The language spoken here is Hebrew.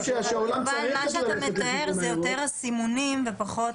מה שאתה מתאר זה יותר הסימונים ופחות